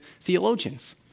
theologians